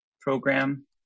program